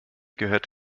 gehört